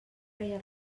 reia